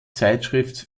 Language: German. zeitschrift